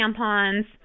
tampons